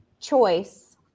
choice